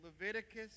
Leviticus